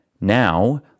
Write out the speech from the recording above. Now